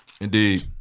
Indeed